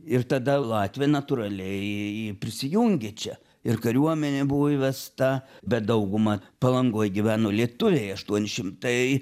ir tada latvija natūraliai prisijungė čia ir kariuomenė buvo įvesta bet dauguma palangoj gyveno lietuviai aštuoni šimtai